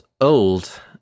old